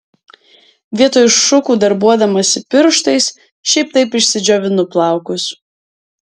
vietoj šukų darbuodamasi pirštais šiaip taip išsidžiovinu plaukus